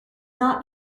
not